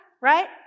right